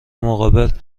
مقابل